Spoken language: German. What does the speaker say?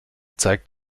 zeigt